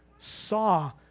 saw